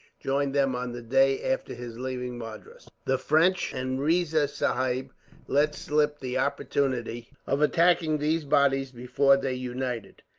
joined them on the day after his leaving madras. the french and riza sahib let slip the opportunity of attacking these bodies, before they united.